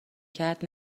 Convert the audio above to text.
کرد